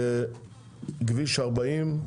כביש 40,